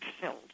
filled